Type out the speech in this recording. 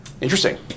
Interesting